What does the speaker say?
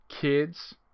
Kids